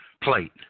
plate